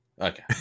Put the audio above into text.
okay